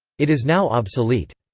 it is now obsolete.